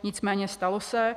Nicméně stalo se.